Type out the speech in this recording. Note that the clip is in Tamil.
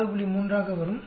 3 ஆக வரும்